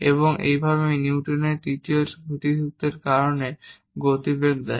এবং এইভাবে নিউটনের 3য় সূত্রের কারণে গতিবেগ দেয়